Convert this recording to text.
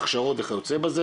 ההכשרות וכיוצא בזה